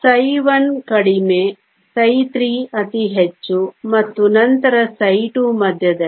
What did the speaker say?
ψ1 ಕಡಿಮೆ ψ3 ಅತಿ ಹೆಚ್ಚು ಮತ್ತು ನಂತರ ψ2 ಮಧ್ಯದಲ್ಲಿ